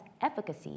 efficacy